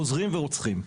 חוזרים ורוצחים.